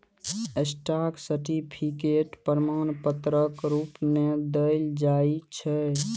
stock certificate प्रमाण पत्रक रुप मे देल जाइ छै